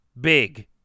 big